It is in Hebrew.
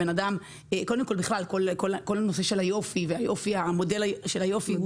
בכלל כל הנושא של היופי ומודל היופי,